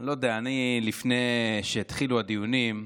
לא יודע, לפני שהתחילו הדיונים,